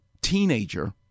teenager